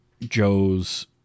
Joe's